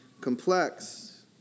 complex